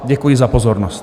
Děkuji za pozornost.